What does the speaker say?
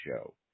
show